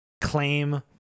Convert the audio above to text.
claim